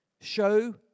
Show